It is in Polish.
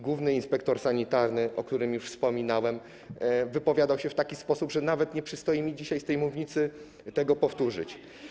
Główny inspektor sanitarny, o którym wspominałem, wypowiadał się w taki sposób, że nawet nie przystoi mi dzisiaj z tej mównicy tego powtórzyć.